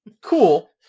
Cool